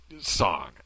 song